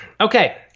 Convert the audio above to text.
okay